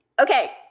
Okay